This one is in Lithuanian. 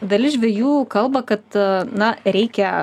dalis žvejų kalba kad na reikia